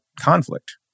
conflict